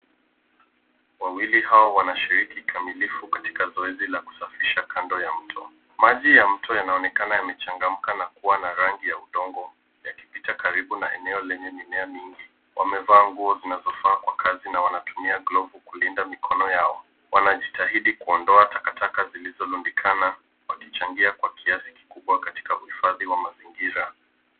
Wawili hao wanshiriki kikamilifu na zoezi la kusafisha kando ya mto. Maji ya mto yanaonekana yamechangamka na kuwa na rangi ya udongo yakipita karibu na eneo lenye mimea mingi. Wamevaa nguo zinazofaa kwa kazi na wanatumia glovu kulinda mikono yao. Wanajitahidi kuondoa takataka zilizorundikana wakichangia kwa kiasi kikubwa katika uhifadhi wa mazingira.